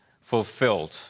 fulfilled